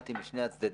שמעתי משני הצדדים,